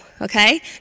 okay